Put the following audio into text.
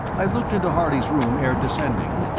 i looked into harley's room ere descending,